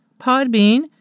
Podbean